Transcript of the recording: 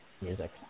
music